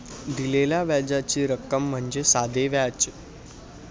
दिलेल्या व्याजाची रक्कम म्हणजे साधे व्याज